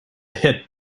hit